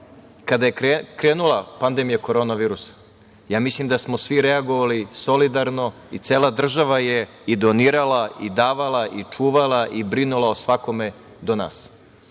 kada je krenula pandemija korona virusa ja mislim da smo svi reagovali solidarno i cela država je i donirala i davala i čuvala i brinula o svakome do nas.